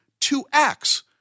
2x